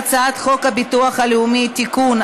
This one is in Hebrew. הצעת חוק הביטוח הלאומי (תיקון,